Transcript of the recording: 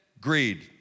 greed